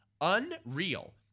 Unreal